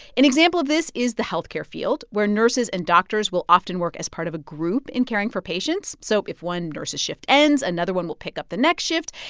an example of this is the health care field, where nurses and doctors will often work as part of a group in caring for patients. so if one nurse's shift ends, another one will pick up the next shift.